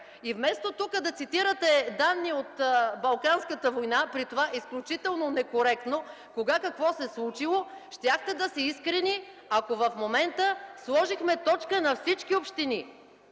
Вместо тук да цитирате данни от Балканската война, при това изключително некоректно – кога какво се случило, щяхте да сте искрени, ако в момента сложехме точка на всички общини.